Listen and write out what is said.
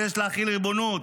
ויש להחיל ריבונות."